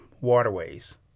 waterways